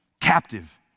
captive